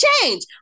change